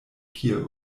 kie